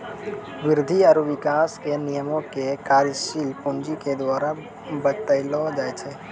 वृद्धि आरु विकास के नियमो के कार्यशील पूंजी के द्वारा बतैलो जाय छै